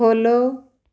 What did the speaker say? follow